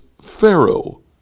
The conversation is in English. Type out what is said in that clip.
Pharaoh